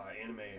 anime